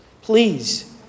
please